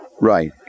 Right